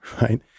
right